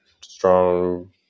strong